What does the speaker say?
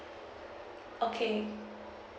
okay